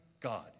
God